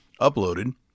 uploaded